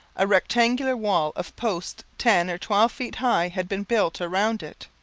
a rectangular wall of posts ten or twelve feet high had been built around it.